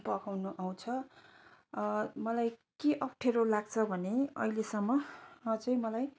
पकाउनु आउँछ मलाई के अप्ठेरो लाग्छ भने अहिलेसम्म अझै मलाई